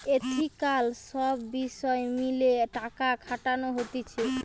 ethical সব বিষয় মেলে টাকা খাটানো হতিছে